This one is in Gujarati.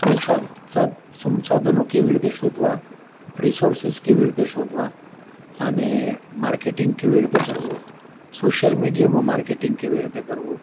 સુસાદ સાદ સંસાધનો કેવી રીતે શોધવા રિસોર્સિસ કેવી રીતે શોધવા અને માર્કેટિંગ કેવી રીતે કરવું સોશ્યલ મીડિયામાં માર્કેટિંગ કેવી રીતે કરવું